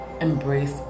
embrace